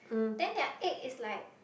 then their egg is like